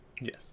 Yes